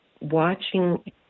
watching